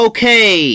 Okay